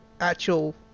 actual